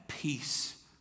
peace